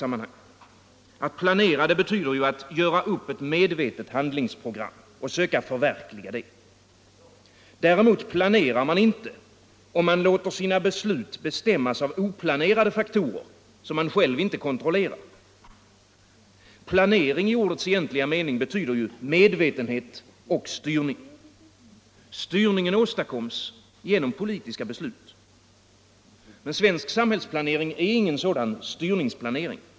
Att planera betyder att göra upp ett medvetet handlingsprogram och söka förverkliga det. Däremot planerar man inte, om man låter sina beslut bestämmas av oplanerade faktorer, som man själv inte kontrollerar. Planering i ordets egentliga mening betyder medvetenhet och styrning. Styrningen åstadkoms genom politiska beslut. Men svensk samhällsplanering är ingen sådan styrningsplanering.